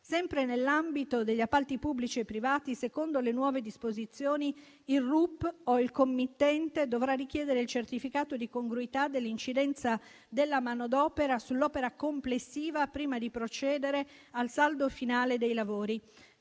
Sempre nell'ambito degli appalti pubblici e privati, secondo le nuove disposizioni il responsabile unico del procedimento (RUP) o il committente dovrà richiedere il certificato di congruità dell'incidenza della manodopera sull'opera complessiva prima di procedere al saldo finale dei lavori.